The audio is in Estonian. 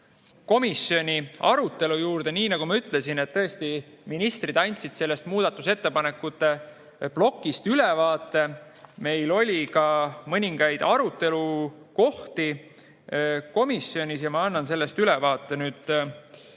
komisjoni arutelu juurde. Nii nagu ma ütlesin, ministrid andsid sellest muudatusettepanekute plokist ülevaate. Meil oli ka mõningaid arutelukohti komisjonis ja ma annan sellest ülevaate.